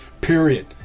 Period